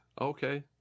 Okay